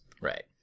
Right